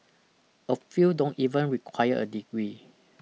a few don't even require a degree